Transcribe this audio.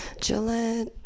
Gillette